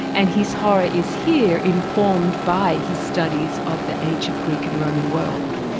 and his horror is here informed by his studies of the ancient greek and roman world,